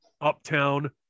Uptown